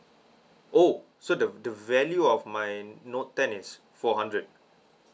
oh so the the value of my note ten is four hundred